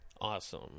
awesome